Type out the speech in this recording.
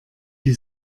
die